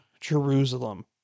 Jerusalem